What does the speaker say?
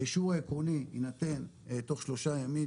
האישור העקרוני ינתן תוך שלושה ימים,